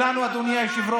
ואם יקרה משהו,